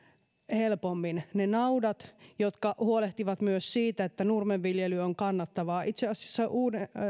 helpommin niiden nautojenko jotka huolehtivat myös siitä että nurmenviljely on kannattavaa itse asiassa